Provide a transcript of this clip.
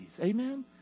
Amen